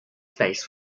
space